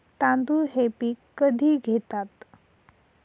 तांदूळ हे पीक कधी घेतात?